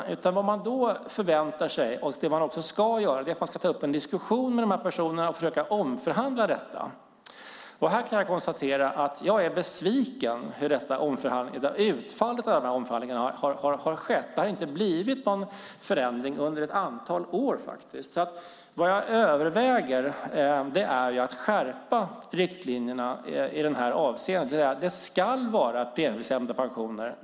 Det man förväntar sig, och det man också ska göra, är att ta upp en diskussion och försöka omförhandla detta. Här kan jag konstatera att jag är besviken över utfallet i denna omförhandling. Det har inte blivit en förändring under ett antal år. Vad jag överväger är att skärpa riktlinjerna i det avseendet. Det ska vara premiebestämda pensioner.